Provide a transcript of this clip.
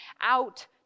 out